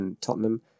Tottenham